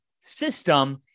system